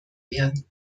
werden